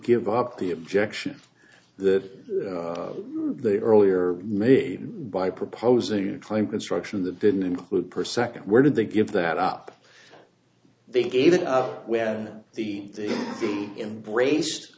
give up the objection that the earlier made by proposing a claim construction that didn't include per second where did they give that up they gave in when the embrace